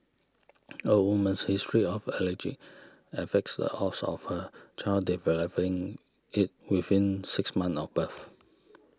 a woman's history of allergy affects the odds of her child developing it within six months of birth